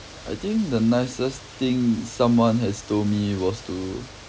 I think the nicest thing someone has told me was to